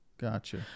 Gotcha